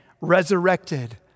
resurrected